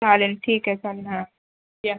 चालेल ठीक आहे चल हां या